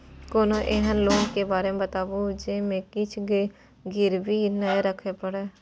कोनो एहन लोन के बारे मे बताबु जे मे किछ गीरबी नय राखे परे?